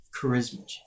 Charisma